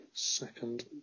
Second